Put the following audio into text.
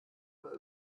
war